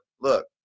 Look